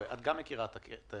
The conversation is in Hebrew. את גם מכירה את ההצעה.